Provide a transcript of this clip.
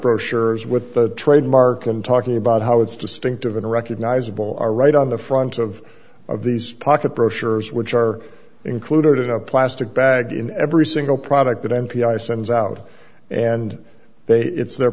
brochures with the trademark i'm talking about how it's distinctive unrecognizable are right on the front of of these pocket brochures which are included in a plastic bag in every single product that m p i sends out and they it's their